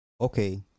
Okay